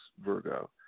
Virgo